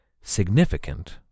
significant